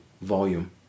volume